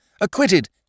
acquitted